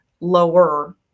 lower